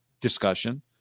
discussion